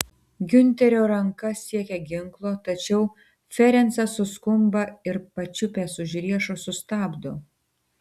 giunterio ranka siekia ginklo tačiau ferencas suskumba ir pačiupęs už riešo sustabdo